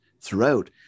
throughout